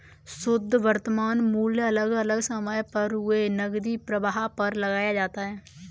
शुध्द वर्तमान मूल्य अलग अलग समय पर हुए नकदी प्रवाह पर लगाया जाता है